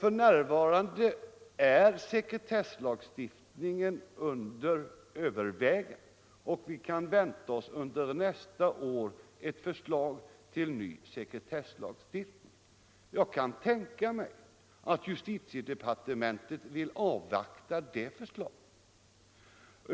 För närvarande är sekretesslagstiftningen under övervägande, och vi kan nästa år vänta oss ett förslag till ny sekretesslag. Jag kan tänka mig att justitiedepartementet vill avvakta det förslaget.